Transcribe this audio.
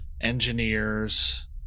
engineers